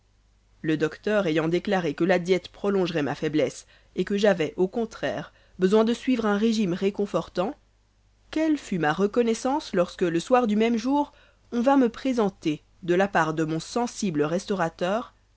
le docteur ayant déclaré que la diette prolongerait ma faiblesse et que j'avais au contraire besoin de suivre un régime réconfortant quelle fut ma reconnaissance lorsque le soir du même jour on vint me présenter de la part de mon sensible restaurateur